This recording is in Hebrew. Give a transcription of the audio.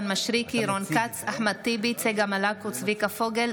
נעבור לנושא הבא בסדר-היום,